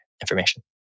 information